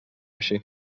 així